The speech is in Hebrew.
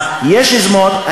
יש יוזמות.